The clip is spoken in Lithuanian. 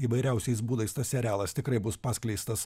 įvairiausiais būdais tas serialas tikrai bus paskleistas